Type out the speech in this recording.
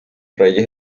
reyes